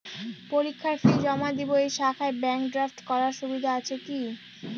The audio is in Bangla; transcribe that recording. পরীক্ষার ফি জমা দিব এই শাখায় ব্যাংক ড্রাফট করার সুবিধা আছে কি?